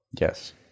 yes